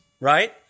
right